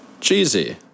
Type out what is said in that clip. cheesy